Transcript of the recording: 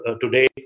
today